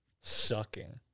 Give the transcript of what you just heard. Sucking